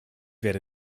werde